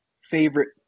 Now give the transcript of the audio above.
Favorite